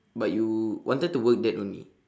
but you wanted to work that only